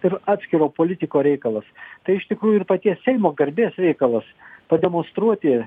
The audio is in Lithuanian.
ir atskiro politiko reikalas tai iš tikrųjų ir paties seimo garbės reikalas pademonstruoti